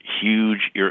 huge